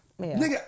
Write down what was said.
Nigga